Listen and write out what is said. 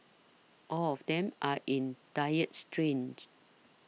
all of them are in dire straits